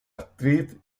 actriz